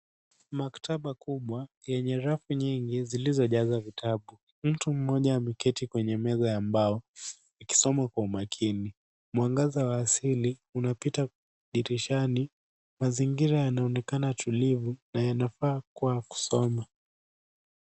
Maktaba kubwa yenye rafu nyingi zilizojazwa vitabu, mtu moja ameketi kwenye meza ya mbao ikisomwa kwa umakini mwangaza wa asili unapita dirishani mazingira yanaonekana tulivu na yanafaa kua ya kusoma.